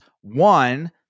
one